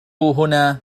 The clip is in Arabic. هنا